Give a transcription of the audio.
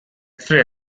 free